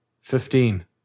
Fifteen